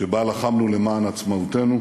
שבה לחמנו למען עצמאותנו,